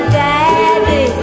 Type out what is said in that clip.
daddy